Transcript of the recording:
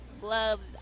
gloves